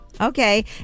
Okay